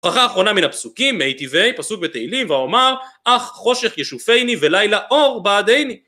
ברכה האחרונה מן הפסוקים, מייטיבי, פסוק בתהילים "ויאמר אך חושך ישופייני ולילה אור בעדייני"